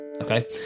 okay